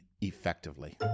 effectively